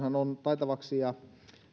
on taitavaksi ja